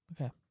Okay